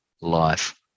life